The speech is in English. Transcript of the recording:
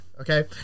Okay